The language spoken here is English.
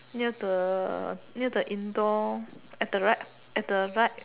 near the near the indoor at the right at the right